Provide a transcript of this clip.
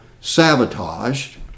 sabotaged